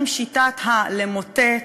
אם שיטת ה"למוטט,